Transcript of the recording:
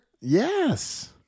Yes